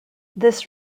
this